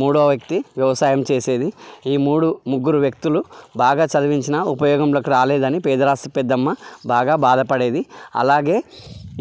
మూడవ వ్యక్తి వ్యవసాయం చేసేది ఈ మూడు ముగ్గురు వ్యక్తులు బాగా చదివించినా ఉపయోగంలోకి రాలేదని పేదరాశి పెద్దమ్మ బాగా బాధపడేది అలాగే